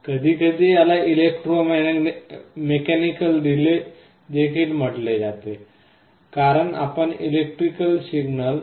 कधीकधी याला electromechanical relay देखील म्हटले जाते कारण आपण इलेक्ट्रिकल सिग्नल electrical signals